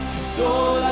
so